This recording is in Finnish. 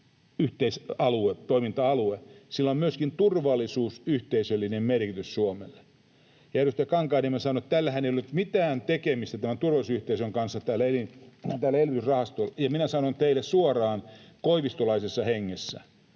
yhteistoiminta-alue, että sillä on myöskin turvallisuusyhteisöllinen merkitys Suomelle. Edustaja Kankaanniemi sanoi, että tällä elvytysrahastollahan ei ollut mitään tekemistä tämän turvallisuusyhteisön kanssa. Minä sanon teille suoraan koivistolaisessa hengessä: